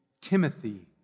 Timothy